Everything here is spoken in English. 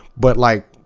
but like,